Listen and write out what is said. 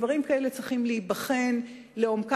דברים כאלה צריכים להיבחן לעומקם,